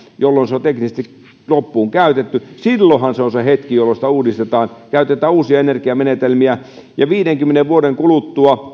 jolloin se on teknisesti loppuun käytetty silloinhan se on se hetki jolloin sitä uudistetaan käytetään uusia energiamenetelmiä ja viidenkymmenen vuoden kuluttua